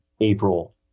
April